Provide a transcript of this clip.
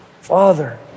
Father